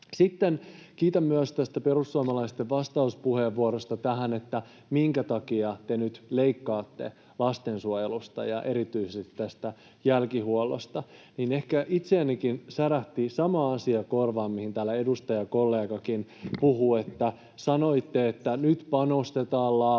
Sitten kiitän myös tästä perussuomalaisten vastauspuheenvuorosta tähän, minkä takia te nyt leikkaatte lastensuojelusta ja erityisesti tästä jälkihuollosta. Ehkä itsellänikin särähti korvaan sama asia, mistä täällä edustajakollegakin puhui: se, että sanoitte, että nyt panostetaan laatuun ja